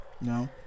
No